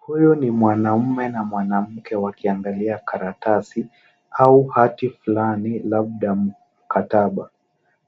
Huyu ni mwanaume na mwanamke wakiangalia karatasi au hati flani labda mkataba.